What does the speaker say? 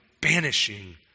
banishing